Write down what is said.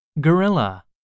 Gorilla